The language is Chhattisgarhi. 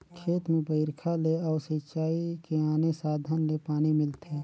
खेत में बइरखा ले अउ सिंचई के आने साधन ले पानी मिलथे